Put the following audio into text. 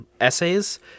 essays